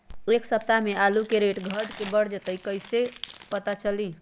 एक सप्ताह मे आलू के रेट घट ये बढ़ जतई त कईसे पता चली?